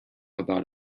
about